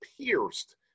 pierced